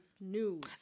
news